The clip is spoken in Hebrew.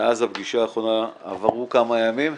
מאז הפגישה האחרונה עברו כמה ימים,